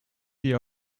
dir